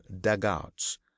dugouts